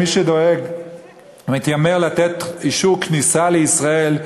מי שמתיימר לתת אישור כניסה לישראל,